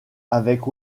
avec